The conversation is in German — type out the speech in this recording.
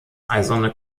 eiserne